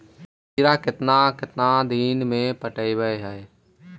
खिरा केतना केतना दिन में पटैबए है?